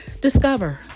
Discover